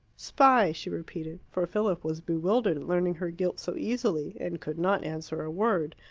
spy, she repeated, for philip was bewildered at learning her guilt so easily, and could not answer a word.